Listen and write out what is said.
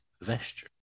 vesture